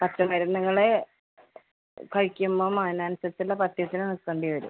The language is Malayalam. പച്ചമരുന്നുകൾ കഴിക്കുമ്പം അതിനനുസരിച്ചുള്ള പത്യത്തിന് നിൽക്കേണ്ടി വരും